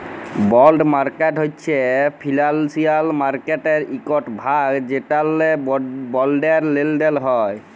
বল্ড market হছে financial মার্কেটের ইকট ভাগ যেখালে বল্ডের লেলদেল হ্যয়